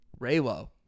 Raylo